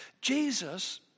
Jesus